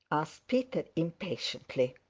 asked peter impatiently.